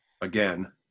again